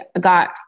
got